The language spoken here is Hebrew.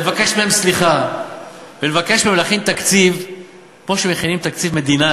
לבקש מהם סליחה ולבקש מהם להכין תקציב כמו שמכינים תקציב מדינה.